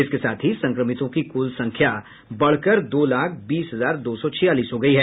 इसके साथ ही संक्रमितों की कुल संख्या बढ़कर दो लाख बीस हजार दो सौ छियालीस हो गई है